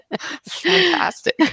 Fantastic